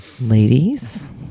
Ladies